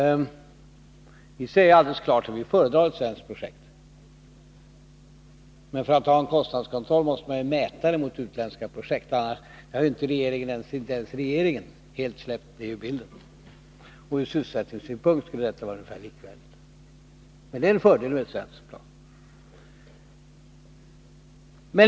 Vi säger alldeles klart att vi föredrar ett svenskt projekt. Men för att ha en kostnadskontroll måste man ju mäta det mot utländska projekt. Inte ens regeringen har helt släppt det ur bilden. Ur sysselsättningssynpunkt skulle ett utländskt projekt vara ungefär likvärdigt. Men det är en fördel med ett svenskt plan.